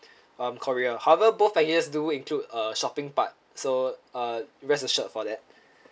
um korea however both packages do include uh shopping part so uh rest assured for that